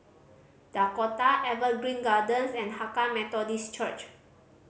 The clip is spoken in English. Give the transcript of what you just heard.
Dakota Evergreen Gardens and Hakka Methodist Church